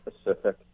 specific